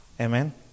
Amen